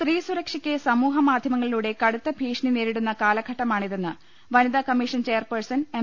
സ്ത്രീ സുരക്ഷയ്ക്ക് സമൂഹമാധ്യമങ്ങളിലൂടെ കടുത്ത ഭീഷണി നേരിടുന്ന കാലഘട്ടമാണിതെന്ന് വനിതാകമ്മീഷൻ ചെയർപേഴ്സൺഎം